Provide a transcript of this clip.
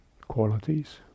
qualities